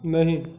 नहीं